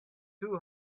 two